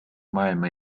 maailma